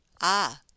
Ah